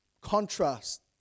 contrast